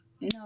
no